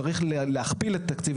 צריך להכפיל את תקציב